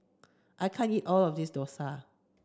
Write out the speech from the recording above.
I can't eat all of this Dosa